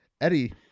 eddie